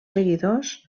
seguidors